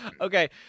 Okay